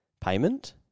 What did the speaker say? payment